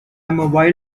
mobile